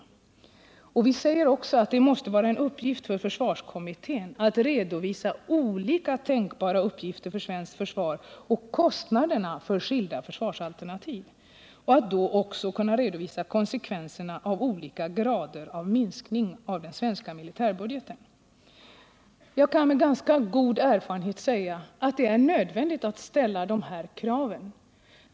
Vi säger också att det måste vara en uppgift för försvarskommittén att redovisa olika tänkbara uppgifter för svenskt försvar och kostnaderna för skilda försvarsalternativ samt att då också kunna redovisa konsekvenserna av olika grader av minskning av den svenska militärbudgeten. Jag kan med ganska god erfarenhet säga att det är nödvändigt att ställa de här kraven.